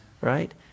right